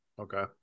Okay